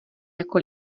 jako